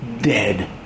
dead